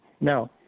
No